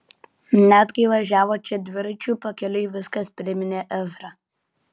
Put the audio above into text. net kai važiavo čia dviračiu pakeliui viskas priminė ezrą